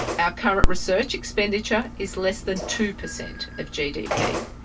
our current research expenditure is less than two percent of gdp,